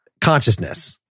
consciousness